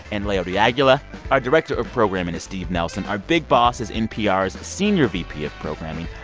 and like but yeah you know ah our director of programming is steve nelson. our big boss is npr's senior vp of programming,